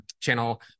channel